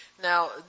Now